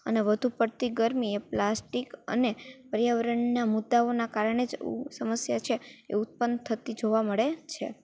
અને વધુ પડતી ગરમી એ પ્લાસ્ટિક અને પર્યાવરણનાં મુદાઓનાં કારણે જ સમસ્યા છે એ ઉત્પન્ન થતી જોવાં મળે છે